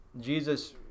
Jesus